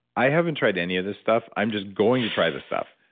i haven't tried any of this stuff. i'm just going to try this stuff.